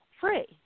free